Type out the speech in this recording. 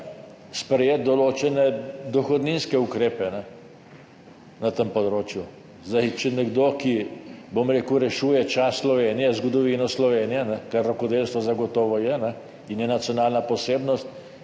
sprejeti tudi določene dohodninske ukrepe na tem področju. Če nekomu, ki rešuje čast Slovenije, zgodovino Slovenije, kar rokodelstvo zagotovo je in je nacionalna posebnost,